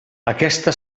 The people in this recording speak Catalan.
aquesta